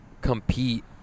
Compete